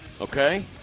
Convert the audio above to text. Okay